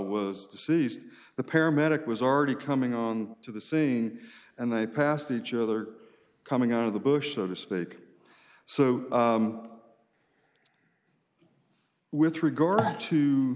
was deceased the paramedic was already coming on to the same and they passed each other coming out of the bush so to speak so with regard to